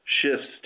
shifts